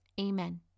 Amen